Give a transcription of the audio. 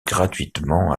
gratuitement